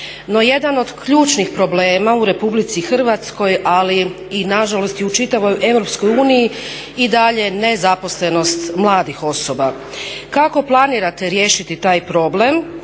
jedan od ključnih problema u Republici Hrvatskoj ali i nažalost i u čitavoj Europskoj uniji i dalje nezaposlenost mladih osoba. Kako planirate riješiti taj problem